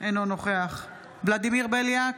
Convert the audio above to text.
אינו נוכח ולדימיר בליאק,